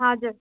हजुर